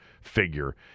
figure